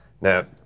Now